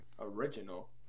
Original